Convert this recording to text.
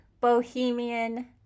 Bohemian